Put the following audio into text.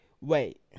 wait